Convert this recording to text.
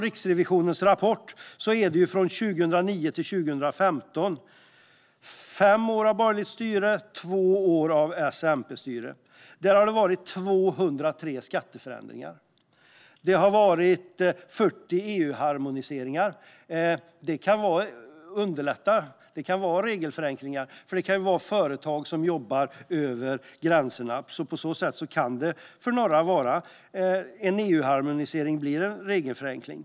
Riksrevisionens rapport omfattar perioden 2009-2015, fem år med borgerligt styre och två år med S-MP-styre. Under denna tid har det varit 203 skatteförändringar och 40 EU-harmoniseringar, vilka kan vara regelförenklingar, för det kan ju vara företag som jobbar över gränserna. På så sätt kan en EU-harmonisering för några bli en regelförenkling.